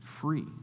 free